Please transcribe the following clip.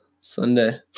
Sunday